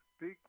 big